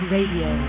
Radio